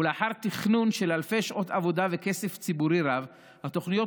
ולאחר תכנון של אלפי שעות עבודה וכסף ציבורי רב התוכניות